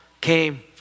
came